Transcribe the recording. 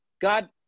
God